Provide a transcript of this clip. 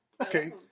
Okay